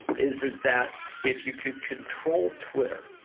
is is that if you could control twitter,